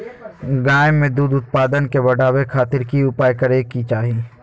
गाय में दूध उत्पादन के बढ़ावे खातिर की उपाय करें कि चाही?